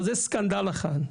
אבל זה סקנדל אחד.